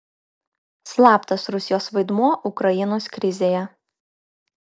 slaptas rusijos vaidmuo ukrainos krizėje